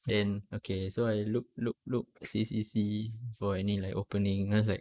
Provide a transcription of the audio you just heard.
then okay so I look look look see see see for any like opening cause like